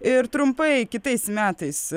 ir trumpai kitais metais